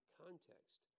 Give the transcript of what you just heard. context